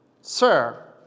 Sir